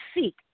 seek